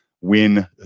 win